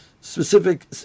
specific